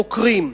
חוקרים,